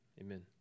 Amen